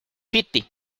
fiti